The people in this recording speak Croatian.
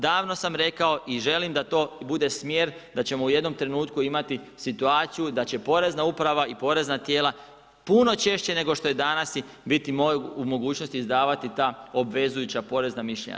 Davno sam rekao i želim da to bude smjer da ćemo u jednom trenutku imati situaciju da će porezna uprava i porezna tijela puno češće nego što je danas biti u mogućnosti izdavati ta obvezujuća porezna mišljenja.